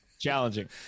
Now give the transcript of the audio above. Challenging